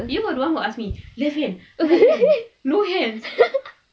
you are the one who asked me left hand right hand no hands